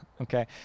okay